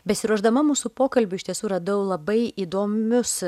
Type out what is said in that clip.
besiruošdama mūsų pokalbiui iš tiesų radau labai įdomius